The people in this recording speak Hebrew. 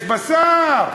יש בשר.